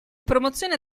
promozione